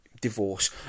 Divorce